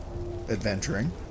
Adventuring